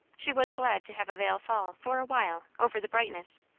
she was glad to have a veil fall, for a while, over the brightness,